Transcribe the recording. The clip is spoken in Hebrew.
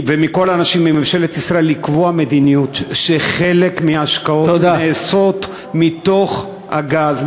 ומכל האנשים בממשלת ישראל לקבוע מדיניות שחלק מההשקעות נעשות מתוך הגז,